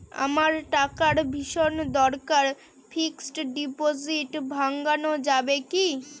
আমার টাকার ভীষণ দরকার ফিক্সট ডিপোজিট ভাঙ্গানো যাবে কি?